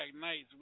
nights